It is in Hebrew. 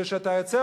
כשאתה יוצא,